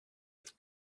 être